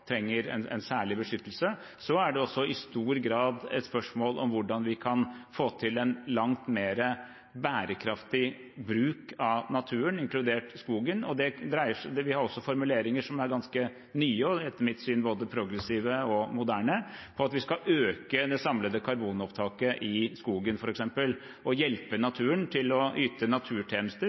trenger en særlig beskyttelse, men så er det i stor grad et spørsmål om hvordan vi kan få til en langt mer bærekraftig bruk av naturen, inkludert skogen. Vi har også formuleringer som er ganske nye, og etter mitt syn både progressive og moderne, om at vi skal øke det samlede karbonopptaket i skogen, f.eks., og hjelpe naturen til å yte naturtjenester